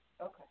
Okay